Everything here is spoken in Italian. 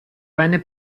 venne